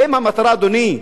אדוני,